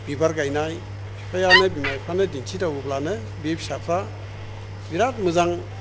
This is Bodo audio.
बिबार गायनाय फिफायानो बिमा बिफानो दिन्थिदावोब्लानो बे फिसाफ्रा बिराथ मोजां